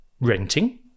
renting